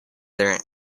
their